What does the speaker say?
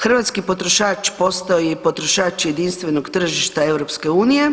Hrvatski potrošač postao je i potrošač jedinstvenog tržišta EU.